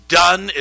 done